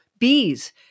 Bees